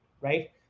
right